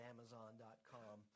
Amazon.com